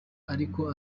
ariko